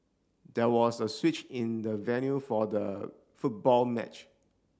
there was a switch in the venue for the football match